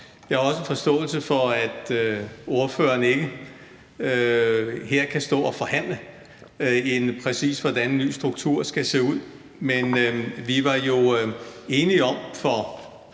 Jeg har også en forståelse for, at ordføreren ikke her kan stå og forhandle, hvordan præcist en ny struktur skal se ud. Men vi var jo enige om for